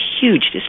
huge